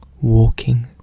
walking